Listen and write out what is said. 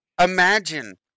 Imagine